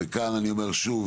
כאן אני אומר שוב,